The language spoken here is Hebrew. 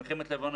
הזדמנות,